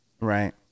right